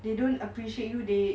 they don't appreciate you they